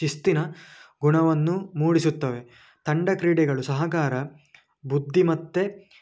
ಶಿಸ್ತಿನ ಗುಣವನ್ನು ಮೂಡಿಸುತ್ತವೆ ತಂಡ ಕ್ರೀಡೆಗಳು ಸಹಕಾರ ಬುದ್ಧಿಮತ್ತೆ